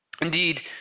Indeed